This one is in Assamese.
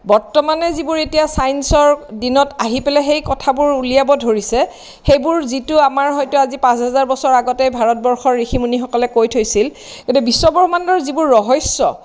বৰ্তমানে যিবোৰ এতিয়া চাইঞ্চৰ দিনত আহি পেলাই সেই কথাবোৰ উলিয়াব ধৰিছে সেইবোৰ যিটো আমাৰ হয়তো আজি পাঁচ হেজাৰ বছৰ আগতে ভাৰতবৰ্ষৰ ঋষি মুনিসকলে কৈ থৈছিল কিন্তু বিশ্বব্ৰহ্মাণ্ডৰ যিবোৰ ৰহস্য